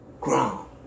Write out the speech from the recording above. ground